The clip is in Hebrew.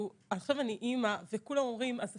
עכשיו אני אימא, וכולם אומרים את אימא,